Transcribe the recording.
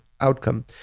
outcome